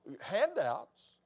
handouts